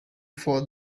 for